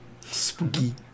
Spooky